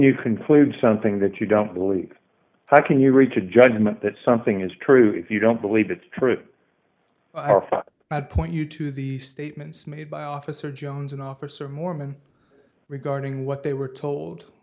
conclude something that you don't believe how can you reach a judgment that something is true if you don't believe it's true i'd point you to the statements made by officer jones and officer mormon regarding what they were told